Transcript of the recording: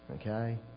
Okay